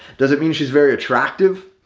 does it mean she's very attractive?